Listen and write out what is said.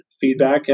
feedback